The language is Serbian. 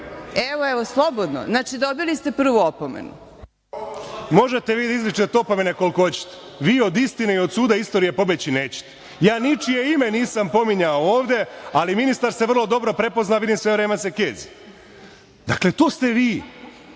Evo slobodno. Znači, dobili ste prvu opomenu. **Miloš Parandilović** Možete vi da izričete opomene koliko hoćete. Vi od istine i od suda istorije pobeći nećete. Ja ničije ime nisam pominjao ovde, ali ministar se vrlo dobro prepoznao jer vidim sve vreme se kezi. Dakle, to ste vi,